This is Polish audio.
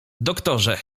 doktorze